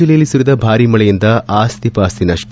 ಕೊಡಗು ಜಿಲ್ಲೆಯಲ್ಲಿ ಸುರಿದ ಭಾರಿ ಮಳೆಯಿಂದ ಆಸ್ತಿ ಪಾಸ್ತಿ ನಷ್ಟ